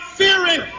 fearing